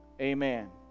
Amen